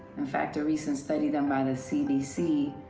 in fact, a recent study done by the c d c.